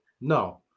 No